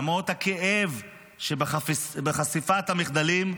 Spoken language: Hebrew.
למרות הכאב שבחשיפת המחדלים,